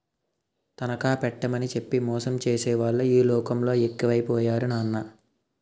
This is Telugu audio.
తనఖా పెట్టేమని చెప్పి మోసం చేసేవాళ్ళే ఈ లోకంలో ఎక్కువై పోయారు నాన్నా